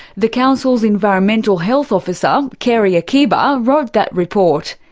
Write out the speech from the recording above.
the council's environmental health officer, keri akiba, wrote that report.